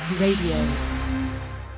RADIO